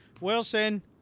Wilson